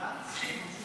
בד"ץ?